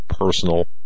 personal